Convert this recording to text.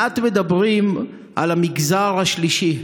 מעט מדברים על המגזר השלישי,